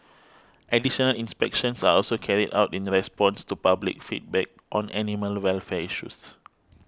additional inspections are also carried out in the response to public feedback on animal welfare issues